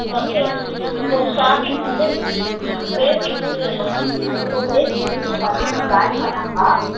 okay இப்போது starting வந்து இப்போ ம் பேஸிக்கு இப்போது பேஸிக்கு வந்து பசங்க ஜாயிண்ட் பண்ணாங்க